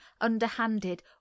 underhanded